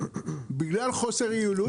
בגלל חוסר יעילות.